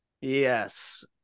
Yes